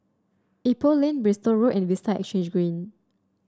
Ipoh Lane Bristol Road and Vista Exhange Green